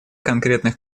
конкретных